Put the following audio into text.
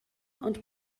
ond